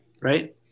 Right